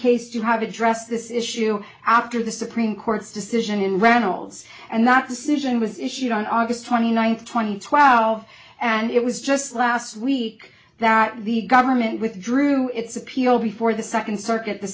case to have addressed this issue after the supreme court's decision in reynolds and that decision was issued on august twenty ninth two thousand and twelve and it was just last week that the government withdrew its appeal before the second circuit the